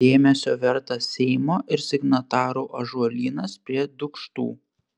dėmesio vertas seimo ir signatarų ąžuolynas prie dūkštų